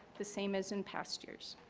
the same as in past years.